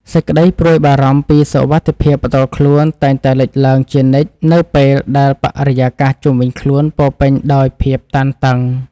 សេចក្តីព្រួយបារម្ភពីសុវត្ថិភាពផ្ទាល់ខ្លួនតែងតែលេចឡើងជានិច្ចនៅពេលដែលបរិយាកាសជុំវិញខ្លួនពោរពេញដោយភាពតានតឹង។